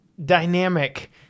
dynamic